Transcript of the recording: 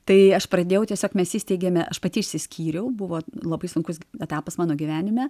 tai aš pradėjau tiesiog mes įsteigėme aš pati išsiskyriau buvo labai sunkus etapas mano gyvenime